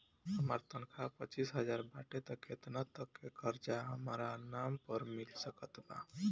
हमार तनख़ाह पच्चिस हज़ार बाटे त केतना तक के कर्जा हमरा नाम पर मिल सकत बा?